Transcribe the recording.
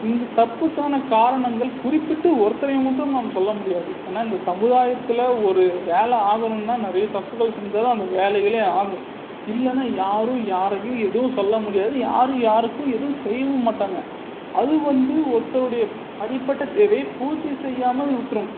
இந்த தப்புக்கான காரணங்கள் குறிப்பிட்டு ஒருத்தரை மட்டும் நாம் சொல்ல முடியாது ஏன்னா இந்த சமுதாயத்தில் ஒரு வேலை ஆகணும்னா நிறைய தப்புகள் செஞ்சால் தான் அந்த வேலைகள் ஆகும் இல்லைன்னா யாரும் யாரையும் எதுவும் சொல்ல முடியாது யாரும் யாருக்கும் எதுவும் செய்யவும் மாட்டாங்க அது வந்து ஒருத்தருடைய அடிப்பட தேவையை பூர்த்தி செய்யாமல் விட்டுரும்